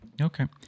Okay